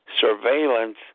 surveillance